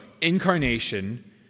incarnation